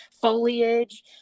foliage